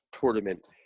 tournament